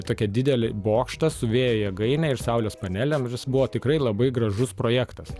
tokį didelį bokštą su vėjo jėgaine ir saulės panelėm buvo tikrai labai gražus projektas